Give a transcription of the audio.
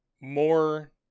more